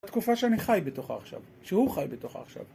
התקופה שאני חי בתוכה עכשיו, שהוא חי בתוכה עכשיו